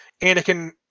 Anakin